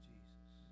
Jesus